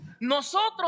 Nosotros